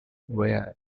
via